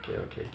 okay okay